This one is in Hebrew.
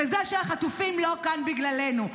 וזה שהחטופים לא כאן בגללנו.